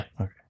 Okay